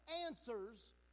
answers